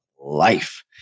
Life